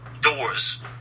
doors